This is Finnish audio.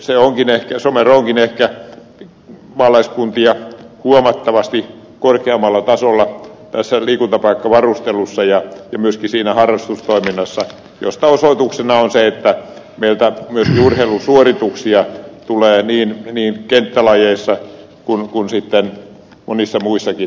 somero onkin ehkä monia maalaiskuntia huomattavasti korkeammalla tasolla tässä liikuntapaikkavarustelussa ja myöskin harrastustoiminnassa mistä osoituksena on se että meiltä myöskin urheilusuorituksia tulee niin kenttälajeissa kuin monissa muissakin lajeissa